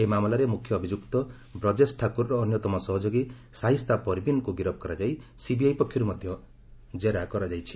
ଏହି ମାମଲାରେ ମୁଖ୍ୟ ଅଭିଯୁକ୍ତ ବ୍ରଜେଶ ଠାକୁରର ଅନ୍ୟତମ ସହଯୋଗୀ ସାହିସ୍ତା ପର୍ବିନ୍କୁ ମଧ୍ୟ ଗିରଫ ସିବିଆଇ ପକ୍ଷରୁ ଜେରା ମଧ୍ୟ କରାଯାଇଛି